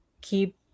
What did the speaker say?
keep